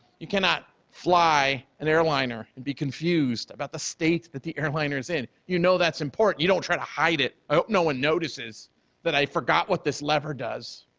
you cannot fly an airliner and be confused about the state that the airliner's in you know that's important, you don't try to hide it. i hope no one notices that i forgot what this lever does,